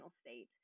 state